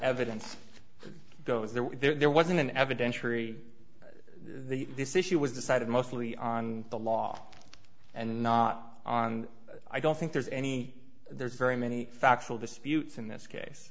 evidence goes there were there was an evidentiary this issue was decided mostly on the law and not on i don't think there's any there's very many factual disputes in this case